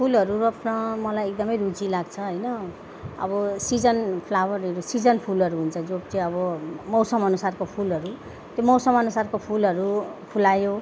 फुलहरू रोप्न मलाई एकदमै रुचि लाग्छ होइन अब सिजन फ्लावरहरू सिजन फुलहरू हुन्छ जो चाहिँ अब मौसमअनुसारको फुलहरू त्यो मौसमअनुसारको फुलहरू फुलायो